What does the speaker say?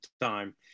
time